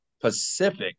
Pacific